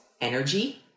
energy